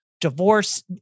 divorce